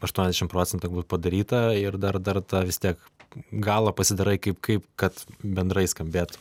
aštuoniasdešim procentų būt padaryta ir dar dar tą vis tiek galą pasidarai kaip kaip kad bendrai skambėtų